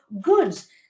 goods